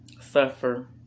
suffer